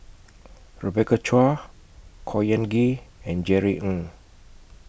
Rebecca Chua Khor Ean Ghee and Jerry Ng